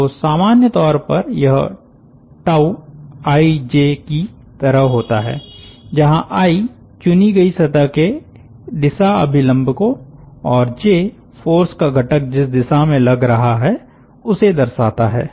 तो सामान्य तौर पर यहijकी तरह होता है जहां आई चुनी गयी सतह के दिशा अभिलम्ब को और जे फ़ोर्स का घटक जिस दिशा में लग रहा है उसे दर्शाता है